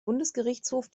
bundesgerichtshof